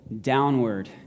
downward